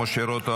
משה רוט,